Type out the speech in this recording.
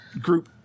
group